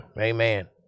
Amen